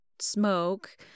smoke